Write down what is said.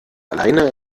alleine